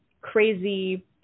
crazy